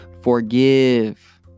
Forgive